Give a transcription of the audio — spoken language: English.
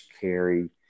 carry